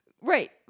Right